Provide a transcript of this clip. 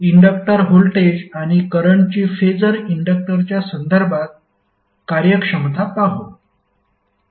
inductor voltage आणि करंटची phasor इंडक्टरच्या संदर्भात कार्यक्षमता पाहू